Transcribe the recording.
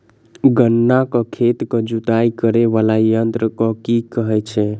गन्ना केँ खेत केँ जुताई करै वला यंत्र केँ की कहय छै?